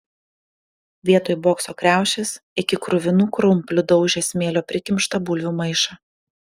vietoj bokso kriaušės iki kruvinų krumplių daužė smėlio prikimštą bulvių maišą